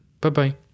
Bye-bye